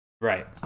Right